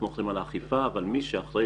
אנחנו אחראים על האכיפה אבל מי שאחראי